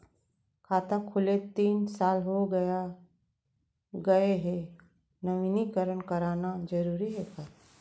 खाता खुले तीन साल हो गया गये हे नवीनीकरण कराना जरूरी हे का?